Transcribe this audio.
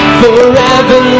forever